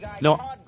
No